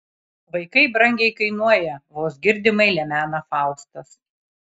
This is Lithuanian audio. vaikai brangiai kainuoja vos girdimai lemena faustas